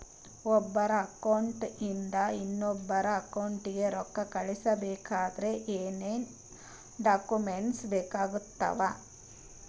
ಒಬ್ಬರ ಅಕೌಂಟ್ ಇಂದ ಇನ್ನೊಬ್ಬರ ಅಕೌಂಟಿಗೆ ರೊಕ್ಕ ಕಳಿಸಬೇಕಾದ್ರೆ ಏನೇನ್ ಡಾಕ್ಯೂಮೆಂಟ್ಸ್ ಬೇಕಾಗುತ್ತಾವ?